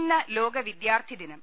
ഇന്ന് ലോക വിദ്യാർത്ഥി ദിനം